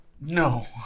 no